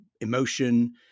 Emotion